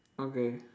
okay